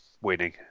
winning